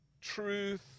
truth